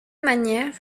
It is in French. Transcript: manière